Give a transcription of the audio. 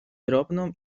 drobną